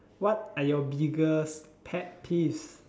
what are your biggest pet peeves